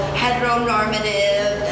heteronormative